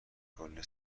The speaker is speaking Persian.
کلی